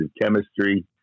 chemistry